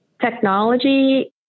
Technology